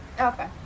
Okay